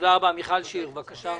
מיכל שיר, בבקשה.